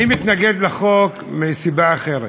אני מתנגד לחוק מסיבה אחרת.